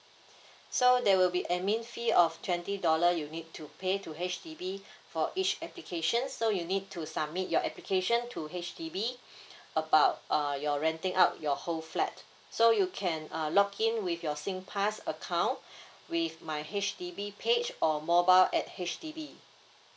so there will be admin fee of twenty dollar you need to pay to H_D_B for each applications so you need to submit your application to H_D_B about uh your renting up your whole flat so you can uh log in with your singpass account with my H_D_B page or mobile at H_D_B